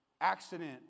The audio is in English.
Accident